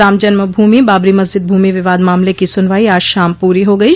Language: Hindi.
राम जन्मभूमि बाबरी मस्जिद भूमि विवाद मामले की सुनवाई आज शाम पूरी हो गयी